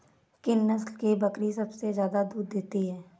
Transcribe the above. किस नस्ल की बकरी सबसे ज्यादा दूध देती है?